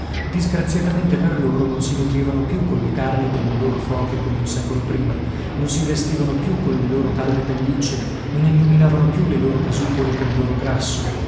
disgraziatamente per loro non si nutrivano più colle carni delle loro foche come un secolo prima non si vestivano più colle loro calde pellicce non illuminavano più le loro casupole col loro grasso